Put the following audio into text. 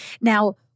Now